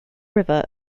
river